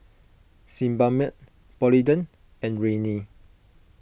Sebamed Polident and Rene